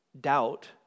doubt